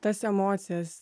tas emocijas